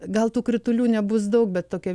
gal tų kritulių nebus daug bet tokia